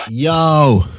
Yo